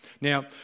Now